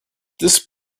this